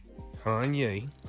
Kanye